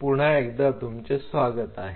पुन्हा एकदा स्वागत आहे